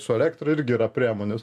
su elektra irgi yra priemonės